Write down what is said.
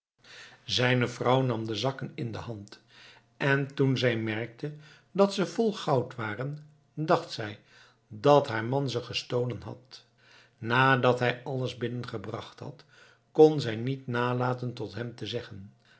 zijne vrouw nam de zakken in de hand en toen zij merkte dat ze vol goud waren dacht zij dat haar man ze gestolen had nadat hij alles binnen gebracht had kon zij niet nalaten tot hem te zeggen